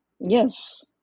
yes